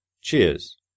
Cheers